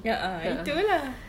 a'ah itu lah